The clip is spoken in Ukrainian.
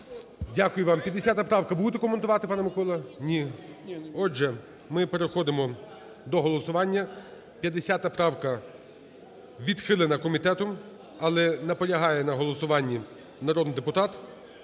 Дякую вам. 50 правка. Будете коментувати, пане Микола? Ні. Отже, ми переходимо до голосування. 50 правка відхилена комітетом, але наполягає на голосуванні народний депутат.